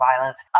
violence